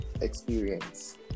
experience